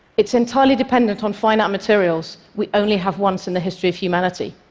it's entirely dependent on finite materials we only have once in the history of humanity.